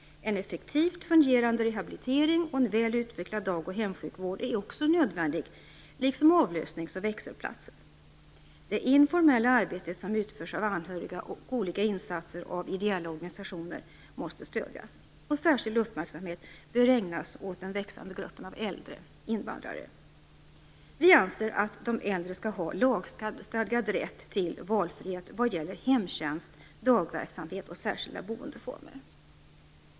En effektivt fungerande rehabilitering och en väl utvecklad dag och hemsjukvård är också nödvändig liksom avlösningsoch växelvårdsplatser. Det informella arbetet, som utförs av anhöriga, och olika insatser av ideella organisationer måste stödjas. Särskild uppmärksamhet bör ägnas åt den växande gruppen av äldre invandrare. Vi anser att de äldre skall ha lagstadgad rätt till valfrihet vad gäller hemtjänst, dagverksamhet och särskilda boendeformer.